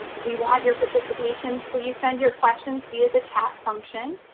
um we want your participation. please send your questions via the chat function.